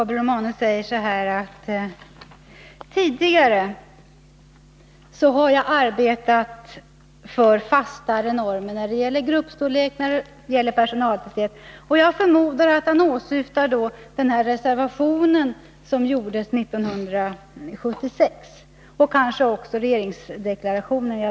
Herr talman! Gabriel Romanus säger att ”tidigare har jag arbetat för fastare normer när det gäller gruppstorlek och personaltäthet”. Jag förmodar att han åsyftar den reservation som avgavs 1976 och kanske också regeringsdeklarationen.